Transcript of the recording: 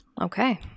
Okay